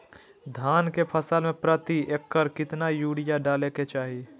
धान के फसल में प्रति एकड़ कितना यूरिया डाले के चाहि?